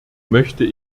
möchte